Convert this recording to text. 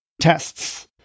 tests